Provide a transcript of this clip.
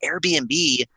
Airbnb